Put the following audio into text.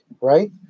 right